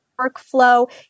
workflow